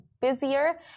busier